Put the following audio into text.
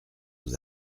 aux